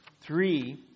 Three